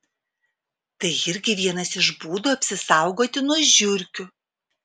tai irgi vienas iš būdų apsisaugoti nuo žiurkių